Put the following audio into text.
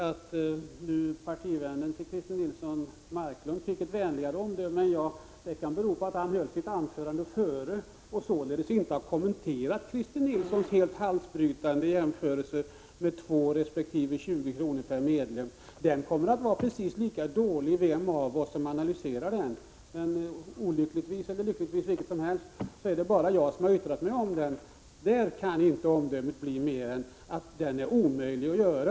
Att nu Christer Nilssons partivän Leif Marklund fick ett vänligare omdöme än jag kan bero på att han höll sitt anförande före Christer Nilsson och således inte har kommenterat Christer Nilssons helt halsbrytande jämförelse med 200 resp. 20 kr. per medlem. Den jämförelsen kommer att vara precis lika dålig vem av oss som än analyserar den. Men olyckligtvis — eller lyckligtvis — är det bara jag som har yttrat mig om den. Omdömet kan inte bli annat än att den jämförelsen är omöjlig att göra.